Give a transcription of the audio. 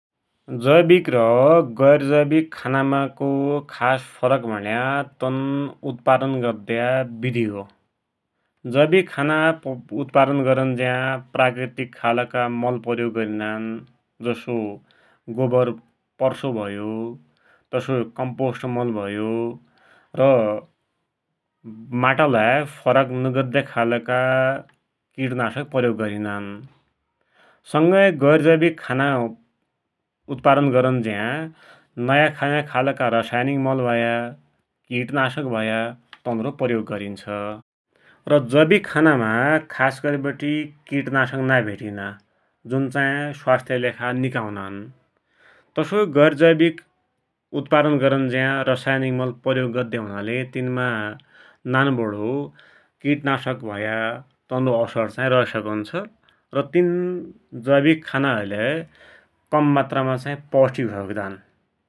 जैविक र गैर जैविक खाना को खास फरक भुण्या तैको उत्पादन गद्द्या विधि हो। जैविक खाना उत्पादन गरुन्ज्या, प्राक्रितिक खालका मान प्रयोग गरिनन्, जसोई गोवर, पर्सो भयो, तसोइ कम्पोष्ट मल भयो, र माटालाई फरक नुगद्द्या खालका किटनासक प्रयोग गरिनन्। सङ्गै गैर जैविक खारा उत्पादन गरुन्ज्या नयाँनयाँ खालका रसायनिक मल भया, किरनासक भया तनरो प्रयोग गरिन्छ, र जैविक खानामा खासगरि बटे किटनासक नाइ भेटिना, जुन चाहि स्वास्थ्यकि लेखा निका हुनान। तसोइ गैरजैविक उत्पादन गरुन्ज्या रासायनिक मल प्रयोग गद्द्या हुनाले तिनमा नानवडो किटनासक होइ सकुन्छ र तिन जैविक खाना हैलै कम मात्रामा पौष्तिक होइ सन्दान।